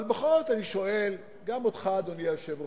אבל בכל זאת אני שואל, גם אותך, אדוני היושב-ראש,